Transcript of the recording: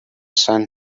sun